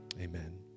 Amen